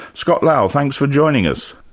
scott lowe, thanks for joining us.